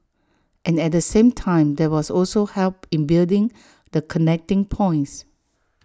and at the same time there was also help in building the connecting points